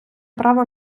право